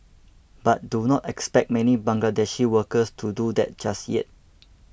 but do not expect many Bangladeshi workers to do that just yet